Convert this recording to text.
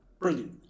Brilliant